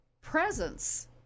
presence